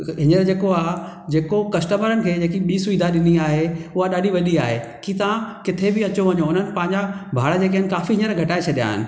हींअर जेको आहे जेको कस्टमरनि खे जेकी ॿी सुविधा ॾिनी आहे उहा ॾाढी वॾी आहे कि तां किथे बि अचो वञो हुननि पंहिंजा भाड़ा जेके आहिनि काफ़ी हींअर घटाए छॾिया आहिनि